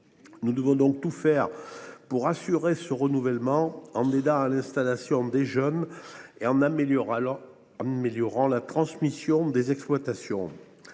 Nous devons tout faire pour assurer ce renouvellement, en aidant à l’installation des jeunes et en améliorant la transmission des exploitations.